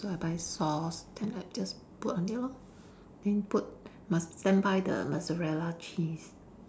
so I buy sauce then I just put on it lor then put must standby the mozzarella cheese